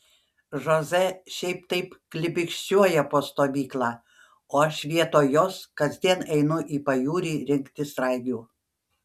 žoze šiaip taip klibikščiuoja po stovyklą o aš vietoj jos kasdien einu į pajūrį rinkti sraigių